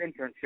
Internship